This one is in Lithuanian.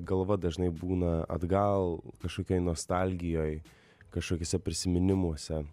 galva dažnai būna atgal kažkokioj nostalgijoj kažkokiuose prisiminimuose